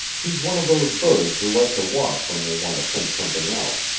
he's one of those birds who like to walk when they want to think something out.